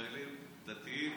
חיילים דתיים,